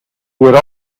would